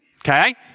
Okay